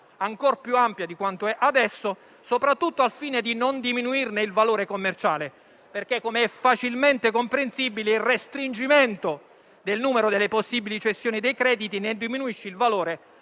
ancor più ampia di quanto è adesso, soprattutto al fine di non diminuirne il valore commerciale. Infatti, come è facilmente comprensibile, il restringimento del numero delle possibili cessioni dei crediti ne diminuisce il valore